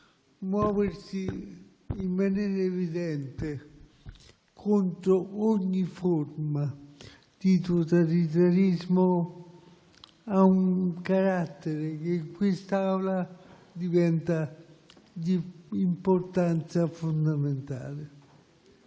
muoversi in maniera evidente contro ogni forma di totalitarismo ha un carattere che, in questa Aula, diventa fondamentale.